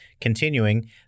continuing